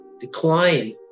decline